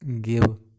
give